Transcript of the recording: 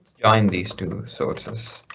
join these two sources,